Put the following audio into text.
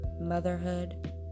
motherhood